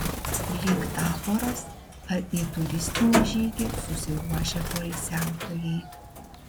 lyg taboras ar į turistinį žygį susiruošę poilsiautojai